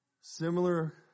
similar